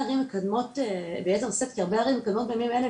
כי הרבה ערים מקיימות בימים אלה,